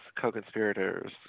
co-conspirators